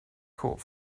caught